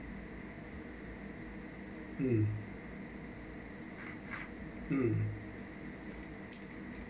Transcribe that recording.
mm mm